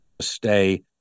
stay